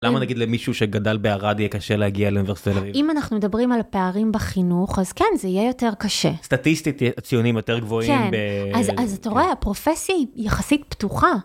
למה נגיד למישהו שגדל בערד יהיה קשה להגיע לאוניברסיטת תל אביב? אם אנחנו מדברים על פערים בחינוך, אז כן, זה יהיה יותר קשה. סטטיסטית הציונים יותר גבוהים. כן, אז אתה רואה הפרופסי היא יחסית פתוחה.